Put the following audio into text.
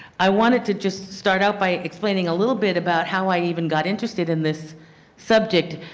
i wanted to just start out by explaining a little bit about how i even got interested in this subject.